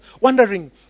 wondering